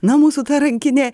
na mūsų ta rankinė